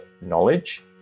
knowledge